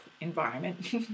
environment